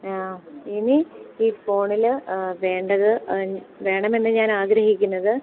ഇനി ഈ ഫോണിൽ വേണ്ടത് വേണമെന്ന് ഞാൻ ആഗ്രഹിക്കുന്നത്